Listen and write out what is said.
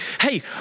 hey